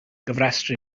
gofrestru